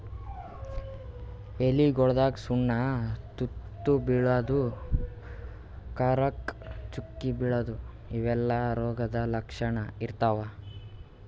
ಎಲಿಗೊಳ್ದಾಗ್ ಸಣ್ಣ್ ತೂತಾ ಬೀಳದು, ಕರ್ರಗ್ ಚುಕ್ಕಿ ಬೀಳದು ಇವೆಲ್ಲಾ ರೋಗದ್ ಲಕ್ಷಣ್ ಇರ್ತವ್